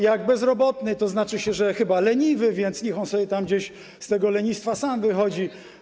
Jak bezrobotny, to znaczy, że chyba leniwy, więc niech on sobie tam gdzieś z tego lenistwa sam wychodzi.